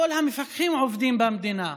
כל המפקחים עובדים במדינה,